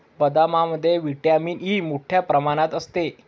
बदामामध्ये vitamin E मोठ्ठ्या प्रमाणात असते